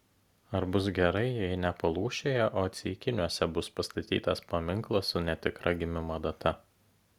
ar bus gerai jei ne palūšėje o ceikiniuose bus pastatytas paminklas su netikra gimimo data